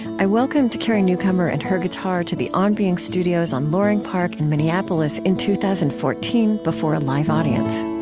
i welcomed carrie newcomer and her guitar to the on being studios on loring park in minneapolis in two thousand and fourteen, before a live audience